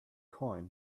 coin